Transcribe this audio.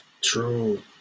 true